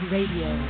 Radio